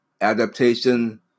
adaptation